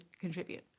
contribute